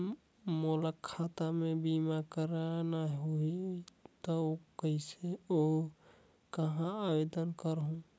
मोला खाता मे बीमा करना होहि ता मैं कइसे और कहां आवेदन करहूं?